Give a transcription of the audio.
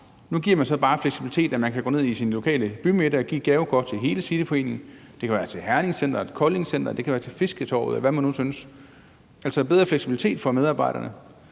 giver en fleksibilitet, så man kan gå ned i sin lokale bymidte og købe et gavekort til hele cityforeningen. Det kan være til herningCentret, Kolding Storcenter, Fisketorvet, eller hvad man nu synes. Det er altså en større fleksibilitet for medarbejderne